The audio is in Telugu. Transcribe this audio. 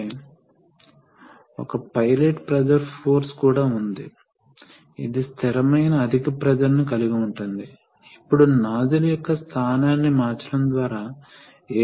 ఎందుకంటే ఇక్కడ లోడ్ ఉంటుందని ఆశిస్తున్నాము కాబట్టి విద్యుత్ అవసరాల కోసం మనం వేగాన్ని తగ్గించాలి కాబట్టి మనము ప్రవాహ నియంత్రణను ఉపయోగించడం ద్వారా చేస్తున్నాము